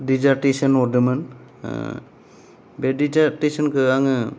dissertation हरदोंमोन बे डिजार्टेसनखौ आङो